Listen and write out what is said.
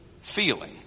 feeling